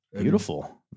Beautiful